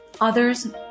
Others